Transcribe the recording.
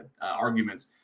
arguments